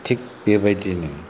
थिग बेबायदिनो